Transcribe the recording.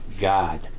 God